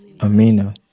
Amina